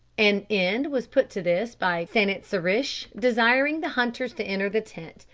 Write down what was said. an end was put to this by san-it-sa-rish desiring the hunters to enter the tent,